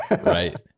Right